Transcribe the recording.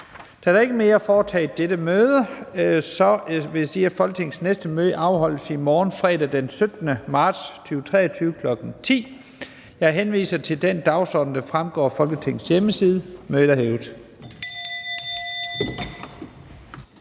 Der er ikke mere at foretage i dette møde. Folketingets næste møde afholdes i morgen, fredag den 17. marts 2023, kl. 10.00. Jeg henviser til den dagsorden, der fremgår af Folketingets hjemmeside. Mødet er hævet.